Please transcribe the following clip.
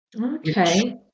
Okay